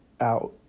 out